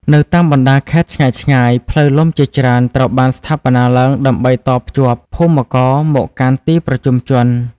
នៅតាមបណ្តាខេត្តឆ្ងាយៗ ផ្លូវលំជាច្រើនត្រូវបានស្ថាបនាឡើងដើម្បីតភ្ជាប់ភូមិករមកកាន់ទីប្រជុំជន។